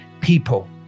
people